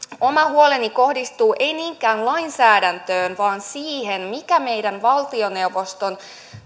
oma huoleni kohdistuu ei niinkään lainsäädäntöön vaan siihen mikä on meidän valtioneuvostomme